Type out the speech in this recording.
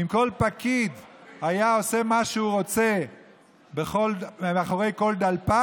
אם כל פקיד היה עושה מה שהוא רוצה מאחורי כל דלפק,